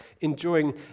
enjoying